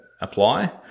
apply